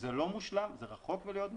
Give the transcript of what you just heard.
שזה לא מושלם, זה רחוק מלהיות מושלם,